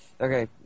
Okay